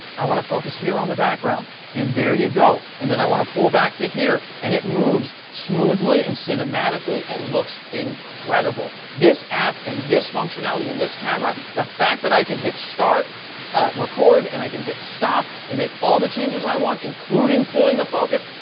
i want to focus here on the background and there you go and then i want to pull back to here and it moves smoothly and cinematically and looks incredible. this app and this functionality and this camera, the fact that i can hit start record and i can hit stop and make all the changes i want including pulling the focus,